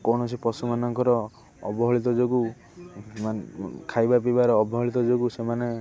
କୌଣସି ପଶୁମାନଙ୍କର ଅବହଳିତ ଯୋଗୁ ଖାଇବା ପିଇବାର ଅବହଳିତ ଯୋଗୁଁ ସେମାନେ